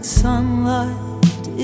sunlight